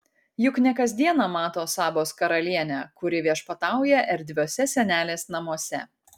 juk ne kas dieną mato sabos karalienę kuri viešpatauja erdviuose senelės namuose